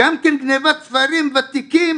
גם בגניבת ספרים ותיקים